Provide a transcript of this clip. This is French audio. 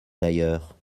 d’ailleurs